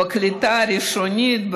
בקליטה הראשונית,